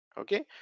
Okay